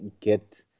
get